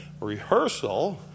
rehearsal